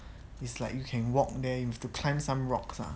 it's like you can walk there you have to climb some rocks lah